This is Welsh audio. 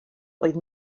oedd